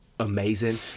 Amazing